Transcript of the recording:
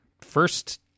first